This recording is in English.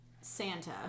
Santa